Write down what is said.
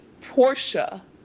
Portia